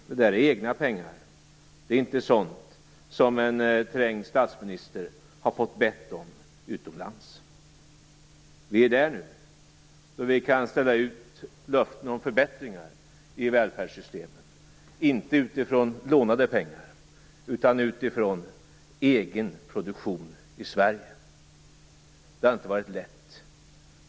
Det är egna pengar, inte sådant som en trängd statsminister har fått be om utomlands. Vi är där nu. Nu kan vi ställa ut löften om förbättringar i välfärdssystemet, inte utifrån lånade pengar utan utifrån egen produktion i Sverige. Det har inte varit lätt.